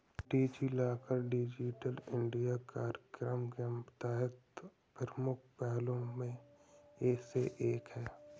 DigiLocker digital India कार्यक्रम के तहत प्रमुख पहलों में से एक है